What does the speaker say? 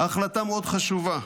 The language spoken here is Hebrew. החלטה מאוד חשובה.